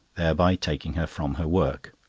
thereby taking her from her work.